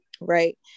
right